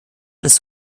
des